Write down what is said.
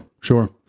sure